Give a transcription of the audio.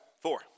four